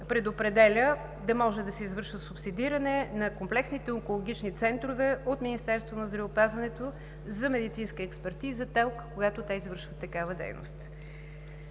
предопределя да може да се извършва субсидиране на комплексните онкологични центрове от Министерството на здравеопазването за медицинска експертиза ТЕЛК, когато те извършват такава дейност.